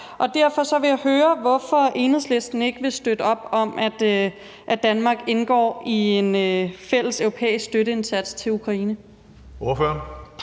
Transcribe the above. Derfor vil jeg høre, hvorfor Enhedslisten ikke vil støtte op om, at Danmark indgår i en fælles europæisk støtteindsats til Ukraine. Kl.